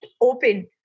open